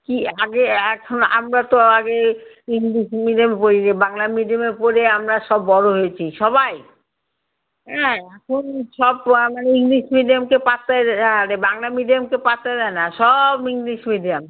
কী আগে এখন আমরা তো আগে ইংলিশ মিডিয়ামে পড়ি নি বাংলা মিডিয়ামে পড়েই আমরা সব বড়ো হয়েছি সবাই হ্যাঁ এখন সব মানে ইংলিশ মিডিয়ামকে পাত্তাই আরে বাংলা মিডিয়ামকে পাত্তাই দেয় না সব ইংলিশ মিডিয়াম